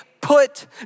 put